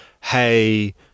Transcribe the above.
Hey